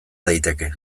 daiteke